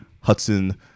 Hudson